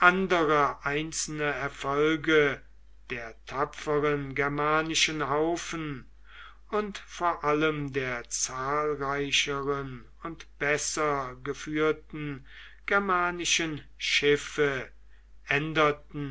andere einzelne erfolg der tapferen germanischen haufen und vor allem der zahlreicheren und besser geführten germanischen schiffe änderten